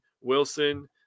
Wilson